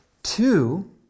Two